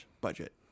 budget